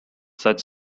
such